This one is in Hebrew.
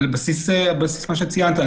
על בסיס מה שציינת.